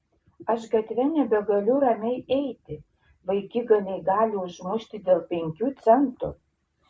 aš gatve nebegaliu ramiai eiti vaikigaliai gali užmušti dėl penkių centų